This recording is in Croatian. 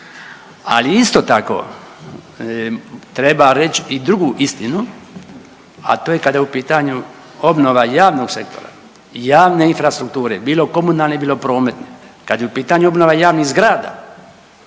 ali isto tako treba reć i drugu istinu, a to je kada je u pitanju obnova javnog sektora, javne infrastrukture, bilo komunalne, bilo prometne. Kad je u pitanju obnova javnih zgrada